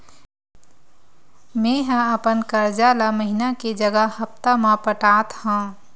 मेंहा अपन कर्जा ला महीना के जगह हप्ता मा पटात हव